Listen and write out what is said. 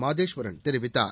மாதேஸ்வரன் தெரிவித்தார்